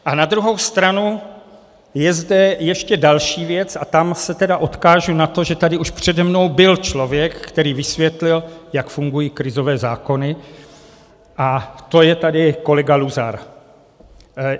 A na druhou stranu je zde ještě další věc a tam se tedy odkážu na to, že tady už přede mnou byl člověk, který vysvětlil, jak fungují krizové zákony, a to je tady kolega Luzar.